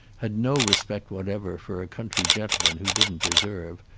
had no respect whatever for a country gentleman who didn't preserve,